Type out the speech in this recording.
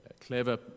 clever